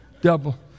double